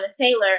Taylor